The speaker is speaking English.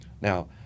now